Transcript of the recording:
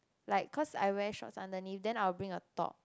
like cause I wear shorts underneath then I will bring a top